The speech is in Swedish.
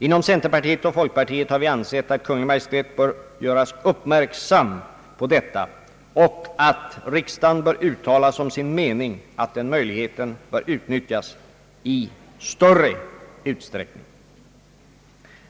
Inom centerpartiet och folkpartiet har vi ansett att Kungl. Maj:t bör göras uppmärksam på detta och att riksdagen bör uttala som sin mening att den möjligheten utnyttjas i större utsträckning.